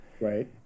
Right